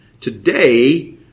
today